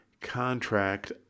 contract